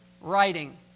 writing